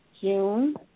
June